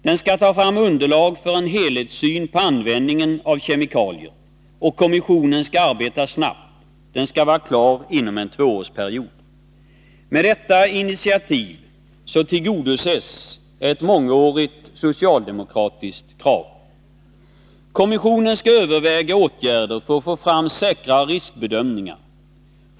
Den skall ta fram underlag för en helhetssyn på användningen av kemikalier. Kommissionen skall arbeta snabbt och vara klar inom en tvåårsperiod. Med detta initiativ tillgodoses ett mångårigt socialdemokratiskt krav. Kommissionen skall överväga åtgärder för att få fram säkrare riskbedömningar.